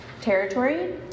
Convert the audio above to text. territory